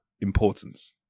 importance